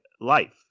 life